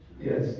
Yes